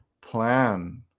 plan